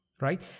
right